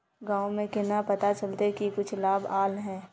गाँव में केना पता चलता की कुछ लाभ आल है?